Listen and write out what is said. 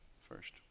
first